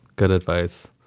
good advice.